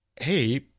hey